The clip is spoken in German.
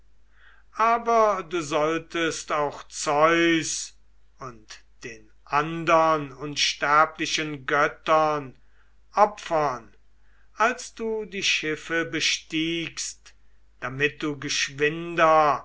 aber du solltest auch zeus und den andern unsterblichen göttern opfern als du die schiffe bestiegst damit du geschwinder